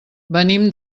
venim